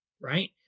right